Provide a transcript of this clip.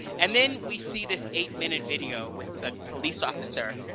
and then we see this eight-minute video with a police officer,